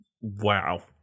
Wow